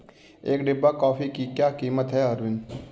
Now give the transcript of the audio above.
एक डिब्बा कॉफी की क्या कीमत है अरविंद?